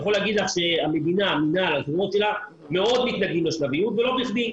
אני יכול לומר לך שהמדינה מאוד מתנגדת לשלביות ולא בכדי,